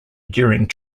during